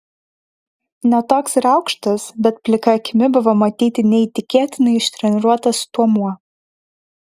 ne toks ir aukštas bet plika akimi buvo matyti neįtikėtinai ištreniruotas stuomuo